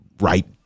right